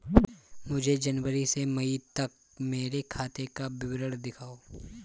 मुझे जनवरी से मई तक मेरे खाते का विवरण दिखाओ?